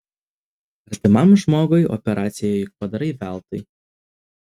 artimam žmogui operaciją juk padarai veltui